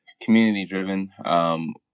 Community-driven